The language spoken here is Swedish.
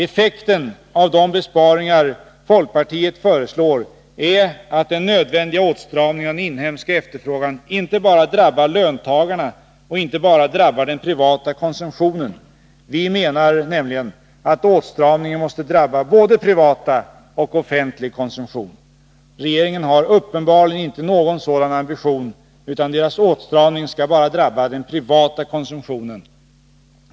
Effekten av de besparingar folkpartiet föreslår är att den nödvändiga åtstramningen av den inhemska efterfrågan inte bara skulle drabba löntagarna och inte heller bara den privata konsumtionen. Vi menar nämligen att åtstramningen måste drabba både privat och offentlig konsumtion. Regeringen har uppenbarligen inte någon sådan ambition, utan dess åtstramning skall bara drabba den privata konsumtionen.